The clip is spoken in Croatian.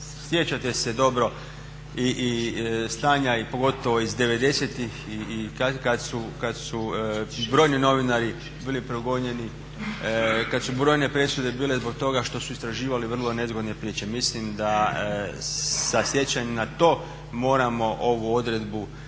Sjećate se dobro i stanja i pogotovo iz 90.tih i kad su brojni novinari bili progonjeni, kad su brojne presude bile zbog toga što su istraživali vrlo nezgodne priče. Mislim da sa sjećanjem na to moramo ovu odredbu ostaviti